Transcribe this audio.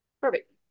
Perfect